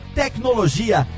tecnologia